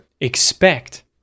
Expect